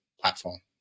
platform